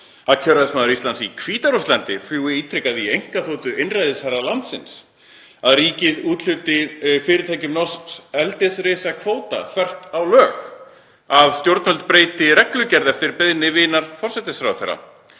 að kjörræðismaður Íslands í Hvíta-Rússlandi fljúgi ítrekað í einkaþotu einræðisherra landsins, að ríkið úthluti fyrirtækjum norsks eldisrisa kvóta þvert á lög, að stjórnvöld breyti reglugerð eftir beiðni vinar forsætisráðherra,